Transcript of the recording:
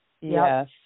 Yes